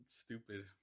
Stupid